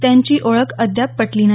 त्यांची ओळख अद्याप पटली नाही